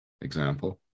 example